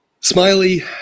Smiley